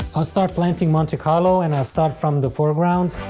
i'll start planting monte carlo and i'll start from the foreground.